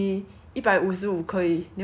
你一百五十五可以 then 我就